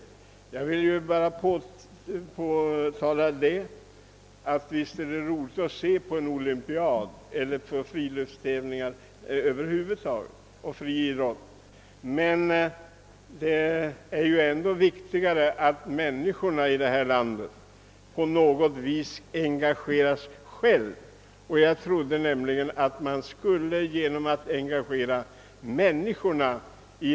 Visst är det roligt att se på en olympiad eller en idrottstävling över huvud taget: Men det är ändå viktigare att människorna i detta land på något sätt engageras själva.